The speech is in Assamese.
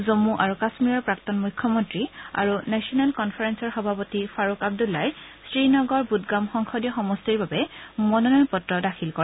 জন্মু আৰু কাশ্মীৰৰ প্ৰাক্তন মুখ্যমন্ত্ৰী আৰু নেচনেল কনফাৰেলৰ সভাপতি ফাৰুক আন্দুল্লাই শ্ৰীনগৰ বুদগাম সংসদীয় সমষ্টিৰ বাবে মনোনয়ন পত্ৰ দাখিল কৰে